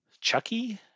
Chucky